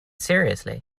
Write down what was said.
seriously